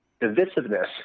divisiveness